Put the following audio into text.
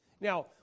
Now